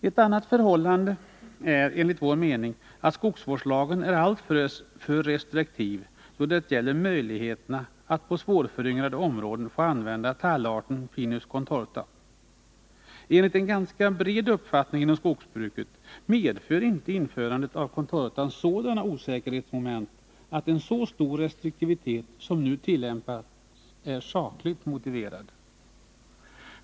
Ett annat förhållande är, enligt vår mening, att skogsvårdslagen är alltför restriktiv då det gäller möjligheten att på svårföryngrade områden få använda tallarten Pinus Contorta. Enligt en ganska bred uppfattning inom skogsbruket medför inte införandet av Contortan sådana osäkerhetsmoment att en så stor restriktivitet som nu tillämpas är sakligt motiverad.